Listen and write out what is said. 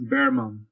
Berman